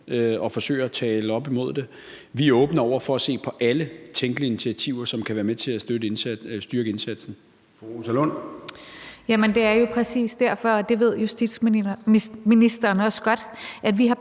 og forsøger at tale op imod det. Vi er åbne over for at se på alle tænkelige initiativer, som kan være med til at styrke indsatsen. Kl. 14:17 Formanden (Søren Gade): Fru Rosa Lund.